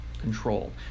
control